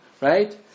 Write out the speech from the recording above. right